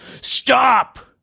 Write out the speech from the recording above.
Stop